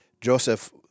Joseph